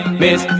miss